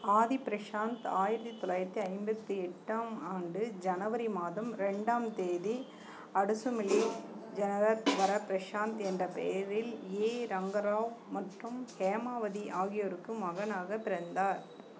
ஆதி பிரசாந்த் ஆயிரத்தி தொள்ளாயிரத்தி ஐம்பத்தி எட்டாம் ஆண்டு ஜனவரி மாதம் ரெண்டாம் தேதி அடுசுமிலி ஜனார்தன் வர பிரசாந்த் என்ற பெயரில் ஏ ரங்கராவ் மற்றும் ஹேமாவதி ஆகியோருக்கு மகனாகப் பிறந்தார்